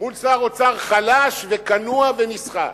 מול שר אוצר חלש וכנוע ונסחט,